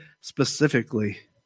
specifically